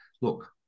Look